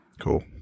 Cool